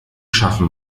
schaffen